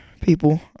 people